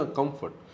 comfort